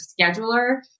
scheduler